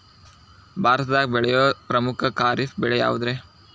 ಭಾರತದಾಗ ಬೆಳೆಯೋ ಪ್ರಮುಖ ಖಾರಿಫ್ ಬೆಳೆ ಯಾವುದ್ರೇ?